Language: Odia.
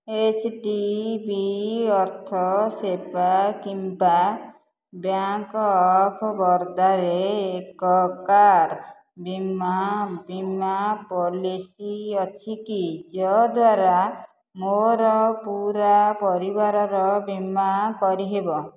ଏଚ୍ ଡି ବି ଅର୍ଥ ସେବା କିମ୍ବା ବ୍ୟାଙ୍କ୍ ଅଫ୍ ବରୋଦା ରେ ଏକ କାର୍ ବୀମା ପଲିସି ଅଛି କି ଯଦ୍ଵାରା ମୋର ପୂରା ପରିବାରର ବୀମା କରିହେବ